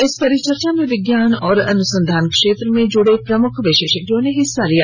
इस परिचर्चा में विज्ञान एवं अनुसंधान क्षेत्र से जुड़े प्रमुख विशेषज्ञों ने भाग लिया